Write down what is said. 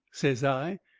says i.